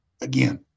Again